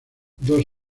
dos